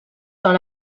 dans